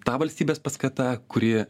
ta valstybės paskata kuri